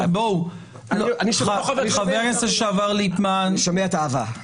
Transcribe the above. אני שומע את האהבה.